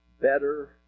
better